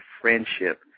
friendship